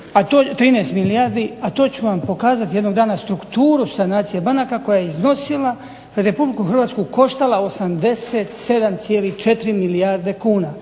13 milijardi a to ću vam pokazati jednog dana strukturu sanacije banaka, koja je iznosila, Republiku Hrvatsku koštala 87,4 milijarde kuna.